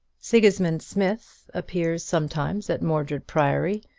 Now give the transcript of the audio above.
sigismund smith appears sometimes at mordred priory,